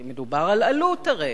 כי מדובר על עלות הרי,